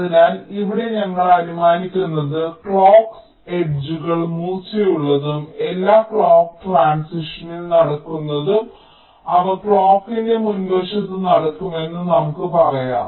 അതിനാൽ ഇവിടെ ഞങ്ങൾ അനുമാനിക്കുന്നത് ക്ലോക്ക് അരികുകൾ മൂർച്ചയുള്ളതും എല്ലാം ക്ലോക്ക് ട്രാൻസിഷനിൽ നടക്കുന്നതും അവ ക്ലോക്കിന്റെ മുൻവശത്ത് നടക്കുമെന്ന് നമുക്ക് പറയാം